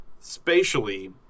spatially